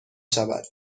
شود